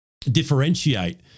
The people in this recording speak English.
differentiate